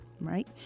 right